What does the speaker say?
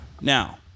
Now